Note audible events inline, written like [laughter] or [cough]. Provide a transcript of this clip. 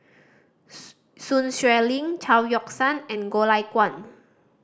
[unintelligible] Sun Xueling Chao Yoke San and Goh Lay Kuan